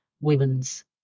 women's